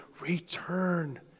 Return